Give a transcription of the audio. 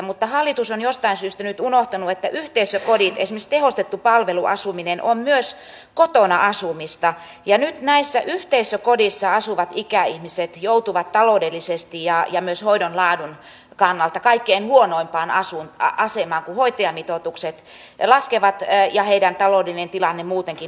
mutta hallitus on jostain syystä nyt unohtanut että yhteisökodit esimerkiksi tehostettu palveluasuminen ovat myös kotona asumista ja nyt näissä yhteisökodeissa asuvat ikäihmiset joutuvat taloudellisesti ja myös hoidon laadun kannalta kaikkein huonoimpaan asemaan kun hoitajamitoitukset laskevat ja heidän taloudellinen tilanteensa muutenkin huononee